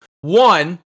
one